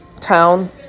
town